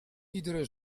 iedere